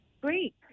Great